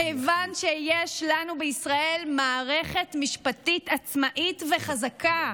כיוון שיש לנו בישראל מערכת משפטית עצמאית וחזקה,